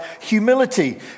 humility